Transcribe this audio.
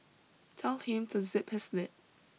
tell him to zip his lip